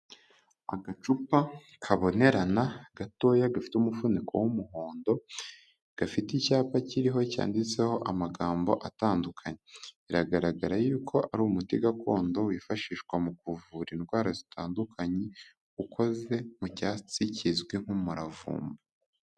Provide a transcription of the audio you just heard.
Agacupa kabonerana gatoya, gafite umufuniko w'umuhondo, gafite icyapa kiriho cyanditseho amagambo atandukanye, biragaragara yuko ari umuti gakondo, wifashishwa mu kuvura indwara zitandukanye, ukozwe mu cyatsi kizwi nk'umuravumba.